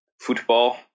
football